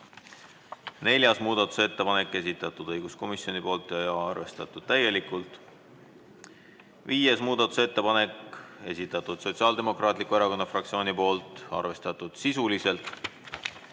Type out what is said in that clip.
Neljas muudatusettepanek, esitatud õiguskomisjoni poolt ja arvestatud täielikult. Viies muudatusettepanek, esitatud Sotsiaaldemokraatliku Erakonna fraktsiooni poolt, arvestatud sisuliselt.